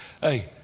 Hey